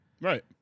Right